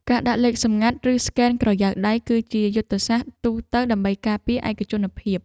ការដាក់លេខសម្ងាត់ ឬស្កេនក្រយៅដៃ គឺជាវិធីសាស្ត្រទូទៅដើម្បីការពារឯកជនភាព។